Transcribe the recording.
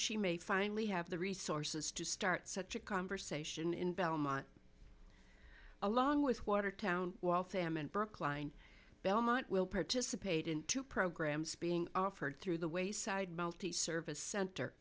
she may finally have the resources to start such a conversation in belmont along with watertown while fam and brookline belmont will participate in two programs being offered through the wayside multiservice cent